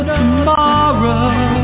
tomorrow